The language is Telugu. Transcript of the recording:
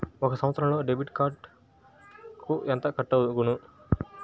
ఒక సంవత్సరంలో డెబిట్ కార్డుకు ఎంత కట్ అగును?